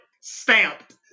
Stamped